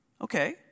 Okay